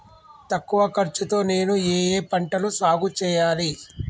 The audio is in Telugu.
తక్కువ ఖర్చు తో నేను ఏ ఏ పంటలు సాగుచేయాలి?